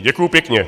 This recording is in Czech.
Děkuju pěkně.